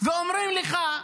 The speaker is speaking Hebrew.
ואומרים לך: